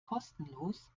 kostenlos